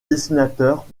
dessinateur